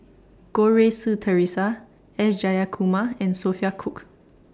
Goh Rui Si Theresa S Jayakumar and Sophia Cooke